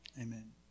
Amen